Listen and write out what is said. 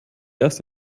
erst